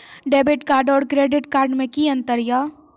Debit card और credit card मे कि अंतर या?